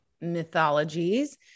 mythologies